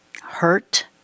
hurt